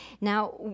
Now